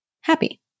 Happy